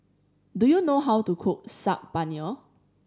do you know how to cook Saag Paneer